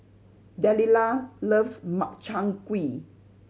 Delila loves Makchang Gui